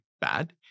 bad